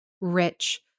rich